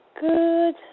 good